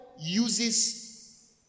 uses